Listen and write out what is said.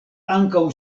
ankaŭ